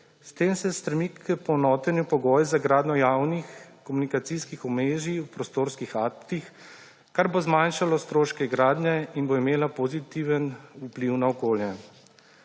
S tem se stremi k poenotenju pogojev za gradnjo javnih komunikacijskih omrežij v prostorskih aktih, kar bo zmanjšalo stroške gradnje in bo imelo pozitiven vpliv na okolje.